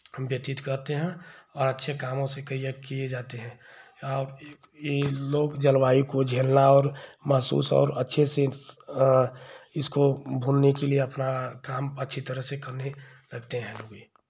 व्यतीत करते हैं और अच्छे कामों से कई ये किए जाते हैं और ई लोग जलवायु को झेलना और महसूस और अच्छे से इस इसको भूलने के लिए अपना काम अच्छी तरह से करने लगते हैं लोग ये